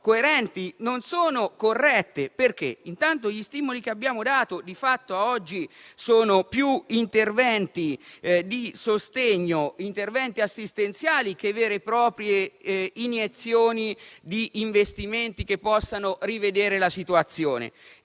non sono corrette. Perché? Intanto gli stimoli che abbiamo dato, di fatto, a oggi, sono interventi di sostegno, interventi assistenziali piuttosto che vere e proprie iniezioni di investimenti che possano rivedere la situazione.